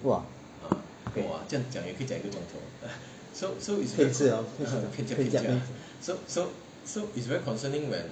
骗吃 hor pian jiak